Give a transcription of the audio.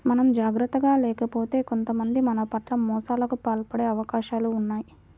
మనం జాగర్తగా లేకపోతే కొంతమంది మన పట్ల మోసాలకు పాల్పడే అవకాశాలు ఉన్నయ్